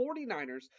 49ers